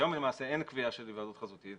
היום אין קביעה של היוועדות חזותית,